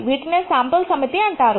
వీటినే శాంపుల్ సమితి అంటారు